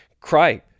Cry